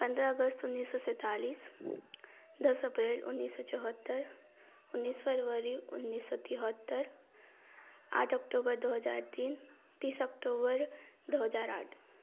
पंद्रह अगस्त उन्नीस सौ सैंतालिस दस अप्रैल उन्नीस सौ चौहत्तर उन्नीस फ़रवरी उन्नीस सौ तिहत्तर आठ अक्टूबर दो हज़ार तीन तीस अक्टूबर दो हज़ार आठ